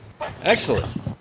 Excellent